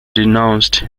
denounced